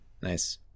Nice